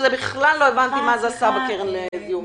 שבכלל לא הבנתי מה זה עשה בקרן לזיהום ים.